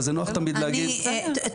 אבל זה נוח תמיד להגיד --- תודה,